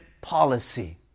policy